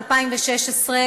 מושב ראשון,